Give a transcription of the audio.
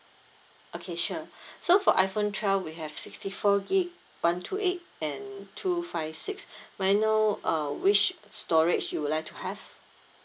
okay sure so for iphone twelve we have sixty four gig one two eight and two five six may I know uh which storage you would like to have